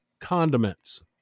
condiments